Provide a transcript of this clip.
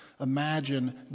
Imagine